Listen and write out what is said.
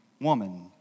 woman